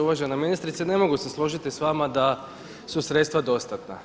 Uvažena ministrice, ne mogu se složiti s vama da su sredstva dostatna.